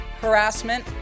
harassment